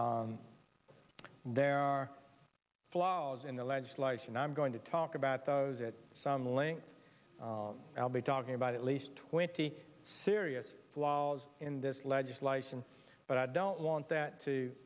fixed there are flaws in the legislation i'm going to talk about those at some length i'll be talking about at least twenty serious flaws in this legislation but i don't want that to